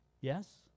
Yes